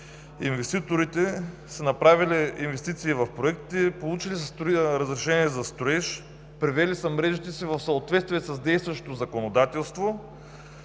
инвеститорите са направили инвестиции в проектите, получили са разрешение за строеж, привели са мрежите си в съответствие с действащото законодателство